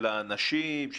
של אנשים?